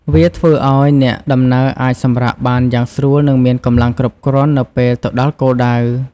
វាធ្វើឱ្យអ្នកដំណើរអាចសម្រាកបានយ៉ាងស្រួលនិងមានកម្លាំងគ្រប់គ្រាន់នៅពេលទៅដល់គោលដៅ។